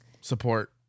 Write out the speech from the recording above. support